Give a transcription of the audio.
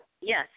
Yes